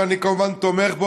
ואני כמובן תומך בו,